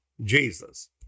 Jesus